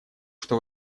что